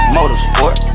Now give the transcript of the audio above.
Motorsport